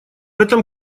этом